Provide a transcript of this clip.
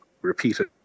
repeated